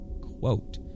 quote